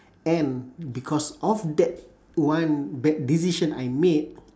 and because of that one bad decision I made